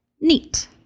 neat